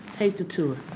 take the tour